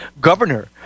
governor